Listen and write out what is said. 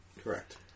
Correct